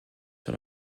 sur